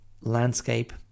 landscape